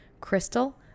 crystal